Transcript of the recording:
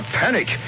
panic